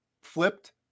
flipped